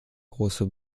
große